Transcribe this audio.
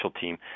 team